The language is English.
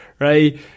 Right